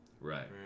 Right